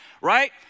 right